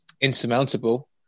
insurmountable